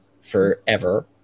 forever